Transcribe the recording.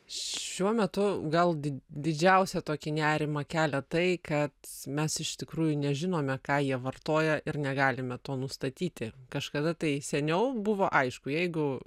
šiuo metu gal did didžiausią tokį nerimą kelia tai kad mes iš tikrųjų nežinome ką jie vartoja ir negalime to nustatyti kažkada tai seniau buvo aišku jeigu